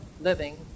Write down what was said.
living